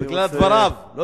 בגלל דבריו.